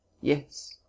Yes